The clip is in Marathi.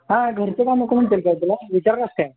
हा घरचं कामं करून असेल का तुला विचारला आहेस काय